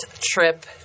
trip